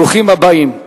ברוכים הבאים.